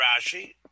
Rashi